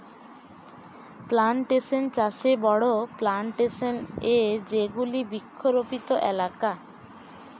plantation চাষে বড়ো plantation এ যেগুলি বৃক্ষরোপিত এলাকা